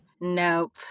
Nope